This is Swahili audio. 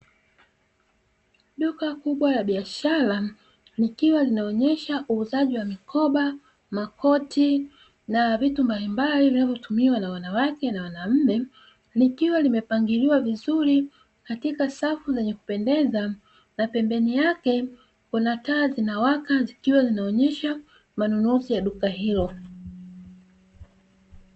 Duka kubwa la biashara likiwa linaonesha uuzaji wa mikoba, makote na vitu mbalimbali vinavyotumiwa na wanawake na wanaume. Likiwa limepangiwa vizuri katika safu zenye kupendeza na pembeni yake, kuna taa zinawaka zikiwa zinaonyesha manunuzi ya duka hilo.